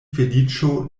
feliĉo